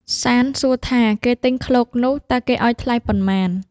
សាន្តសួរថា “គេទិញឃ្លោកនោះ តើគេឱ្យថ្លៃប៉ុន្មាន?”។